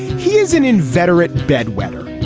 he is an inveterate bedwetter.